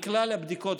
מכלל הבדיקות,